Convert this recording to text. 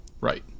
Right